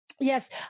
Yes